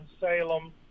Salem